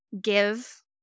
give